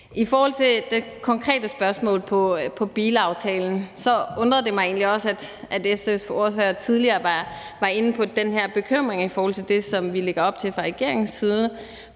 I forhold til det konkrete spørgsmål om bilaftalen undrede det mig også, at SF's ordfører tidligere var inde på den her bekymring i forhold til det, som vi lægger op til fra regeringens side